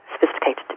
sophisticated